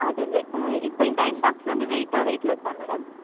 அது இப்போது இந்த அயன் பாக்ஸ் வந்து வெயிட்டா வெயிட்லஸ்ஸா மேடம்